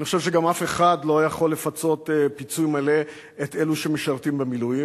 אני חושב שגם אף אחד לא יכול לפצות פיצוי מלא את אלה שמשרתים במילואים.